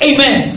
Amen